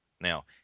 Now